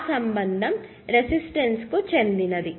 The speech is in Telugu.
ఆ సంబంధం రెసిస్టర్కు చెందినది